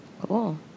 Cool